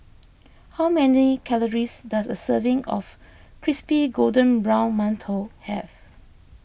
how many calories does a serving of Crispy Golden Brown Mantou have